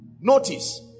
Notice